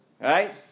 Right